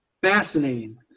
Fascinating